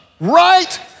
Right